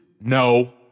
No